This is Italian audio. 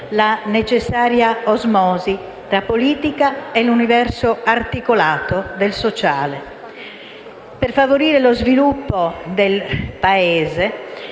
la necessaria osmosi tra la politica e l'universo articolato del sociale. Per favorire lo sviluppo del Paese